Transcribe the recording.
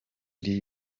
hari